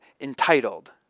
entitled